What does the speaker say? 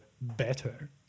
Better